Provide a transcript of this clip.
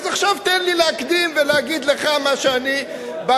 אז עכשיו תן לי להקדים ולהגיד לך מה שאני בחרתי,